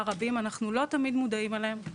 רבים שאנחנו לא תמיד מודעים אליהם.